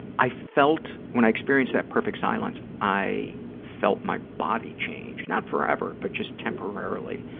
i felt, when i experienced that perfect silence, i felt my body change, not forever, but just temporarily.